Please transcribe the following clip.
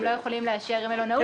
הם לא יכולים לאשר מלונאות.